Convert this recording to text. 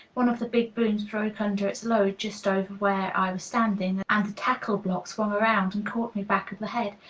one of the big booms broke under its load just over where i was standing, and the tackle-block swung around and caught me back of the head.